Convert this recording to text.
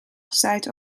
gezaaid